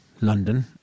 London